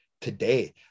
Today